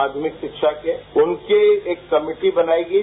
माध्यमिक शिक्षा के उनके एक कमेटी बनायी गयी